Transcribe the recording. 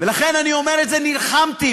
ולכן אני אומר: נלחמתי,